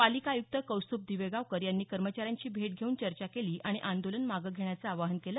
पालिका आय्क्त कौस्तुभ दिवेगावकर यांनी कर्मचाऱ्यांची भेट घेऊन चर्चा केली आणि आंदोलन मागं घेण्याचं आवाहन केलं